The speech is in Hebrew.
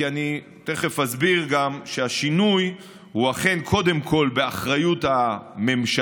ואני תכף גם אסביר שהשינוי הוא אכן קודם כול באחריות הממשלה,